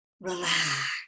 relax